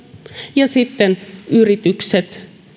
ja sitten yritykset